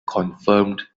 confirmed